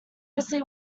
easily